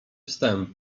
wstęp